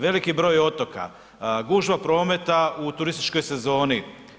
Veliki broj otoka, gužva prometa u turističkoj sezoni.